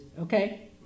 okay